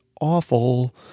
awful